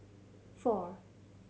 four